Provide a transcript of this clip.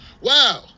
Wow